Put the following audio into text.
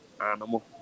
animal